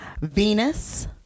Venus